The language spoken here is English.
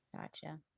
Gotcha